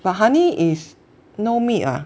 but honey is no meat ah